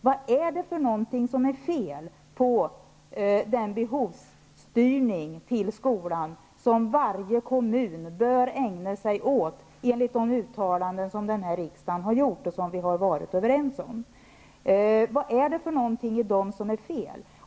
Vad är det som är fel i den behovsstyrning till skolan som varje kommun bör ägna sig åt, enligt de uttalanden som riksdagen har gjort och som vi har varit överens om? Vad är det i dem som är fel?